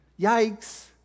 yikes